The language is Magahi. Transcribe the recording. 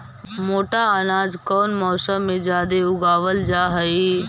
मोटा अनाज कौन मौसम में जादे उगावल जा हई?